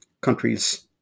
countries